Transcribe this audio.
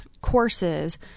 courses